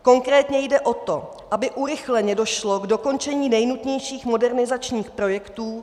Konkrétně jde o to, aby urychleně došlo k dokončení nejnutnějších modernizačních projektů.